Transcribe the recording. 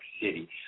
City